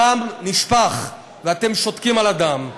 הדם נשפך, ואתם שותקים על הדם.